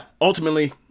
ultimately